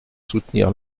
soutenir